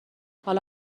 حالا